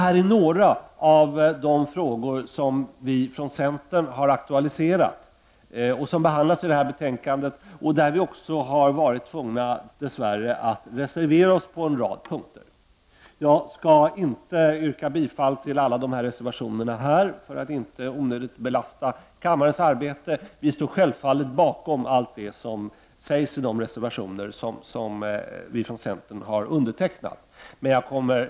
Detta är några av de frågor som centern har aktualiserat och som behandlas i betänkandet. Dess värre har vi tvingats reservera oss på en rad punkter. Jag skall inte nu yrka bifall till alla reservationer för att inte i onödan belasta kammarens arbete. Vi står självfallet bakom allt det som sägs i de reservationer som vi har undertecknat.